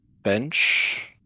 Bench